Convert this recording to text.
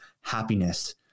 happiness